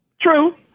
True